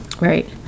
right